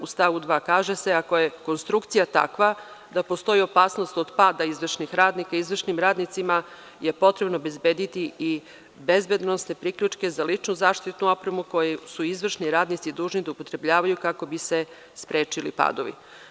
U stavu 2. kaže se – ako je konstrukcija takva da postoji opasnost od pada izvršnih radnika, izvršnim radnicima je potrebno obezbediti i bezbedonosne priključne za ličnu zaštitnu opremu koju su izvršni radnici dužni da upotrebljavaju kako bi se sprečili padovi.